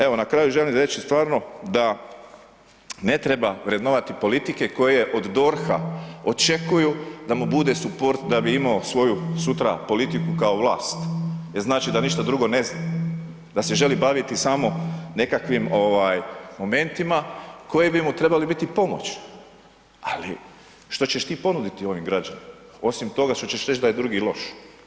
Evo na kraju želim reći stvarno da ne treba vrednovati politike koje od DORH-a očekuju da mu bude suport da bi imao svoju sutra politiku kao vlast jer znači da ništa drugi ne znam, da se želi baviti samo nekakvim momentima koji bi trebali biti pomoć ali što ćeš ti ponuditi ovim građanima osim toga što ćeš reći da je drugi loš?